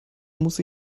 muss